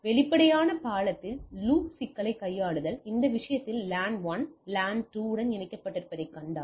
வெளிப்படையான பாலத்தில் லூப் சிக்கலைக் கையாளுதல் இந்த விஷயத்தில் லேன் 1 லேன் 2 உடன் இணைக்கப்பட்டிருப்பதைக் கண்டால்